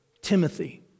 Timothy